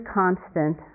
constant